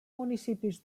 municipis